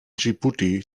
dschibuti